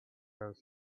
golf